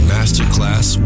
Masterclass